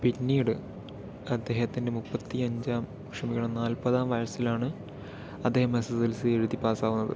പിന്നീട് അദ്ദേഹത്തിൻ്റെ മുപ്പത്തിയഞ്ചാം ക്ഷമിക്കണം നാല്പതാം വയസ്സിലാണ് അദ്ദേഹം എസ് എസ് എൽ സി എഴുതി പാസ്സാകുന്നത്